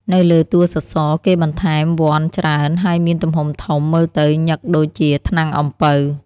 នៅលើតួសសរ គេបន្ថែមវ័ណ្ឌច្រើន ហើយមានទំហំធំ មើលទៅញឹកដូចជាថ្នាំងអំពៅ។